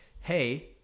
hey